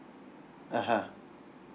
(uh huh)